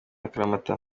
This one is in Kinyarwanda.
akaramata